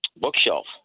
bookshelf